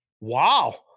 Wow